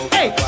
Hey